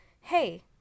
hey